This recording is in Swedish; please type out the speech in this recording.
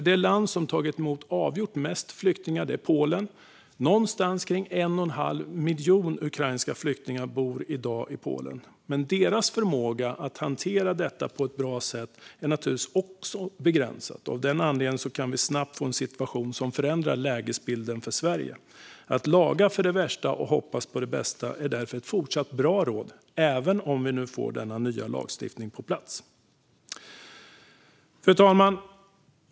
Det land som har tagit emot avgjort flest flyktingar är Polen. Någonstans kring 1 1⁄2 miljon ukrainska flyktingar bor i dag i Polen, men Polens förmåga att hantera detta på ett bra sätt är naturligtvis också begränsad. Av den anledningen kan vi snabbt få en situation som förändrar lägesbilden för Sverige. Att laga för det värsta och hoppas på det bästa är därför fortsatt ett bra råd, även om vi nu får denna nya lagstiftning på plats. Fru talman!